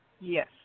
Yes